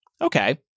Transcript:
Okay